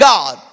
God